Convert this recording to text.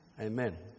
amen